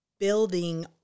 Building